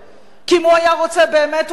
כי אם הוא היה רוצה באמת הוא היה יכול.